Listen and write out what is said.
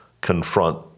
confront